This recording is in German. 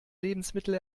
lebensmittel